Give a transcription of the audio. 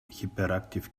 hyperactive